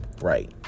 right